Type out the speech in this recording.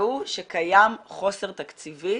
והיא שקיים חוסר תקציבי,